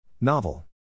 Novel